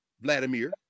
Vladimir